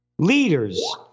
Leaders